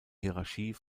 hierarchie